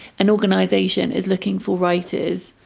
an organization is looking for writers